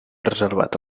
reservat